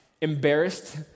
embarrassed